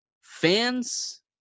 Fans